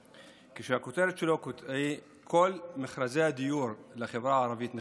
שהכותרת שלו היא "כל מכרזי הדיור לחברה הערבית נכשלו":